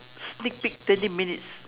sneak peek twenty minutes